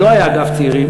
כי לא היה אגף צעירים,